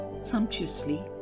sumptuously